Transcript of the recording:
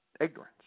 Ignorance